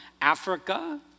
Africa